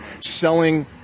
selling